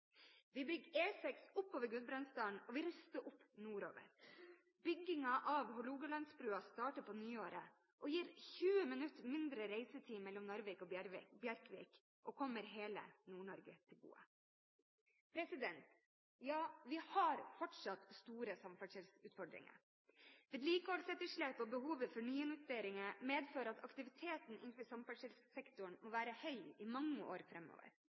Vi bygger E6 oppover Gudbrandsdalen, og vi ruster opp nordover. Byggingen av Hålogalandsbrua starter på nyåret og gir 20 minutter mindre reisetid mellom Narvik og Bjerkvik og kommer hele Nord-Norge til gode. Ja, vi har fortsatt store samferdselsutfordringer. Vedlikeholdsetterslepet og behovet for nyinvesteringer medfører at aktiviteten innenfor samferdselssektoren må være høy i mange år